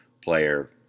player